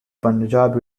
punjab